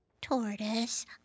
Tortoise